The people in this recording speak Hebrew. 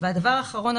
והדבר האחרון,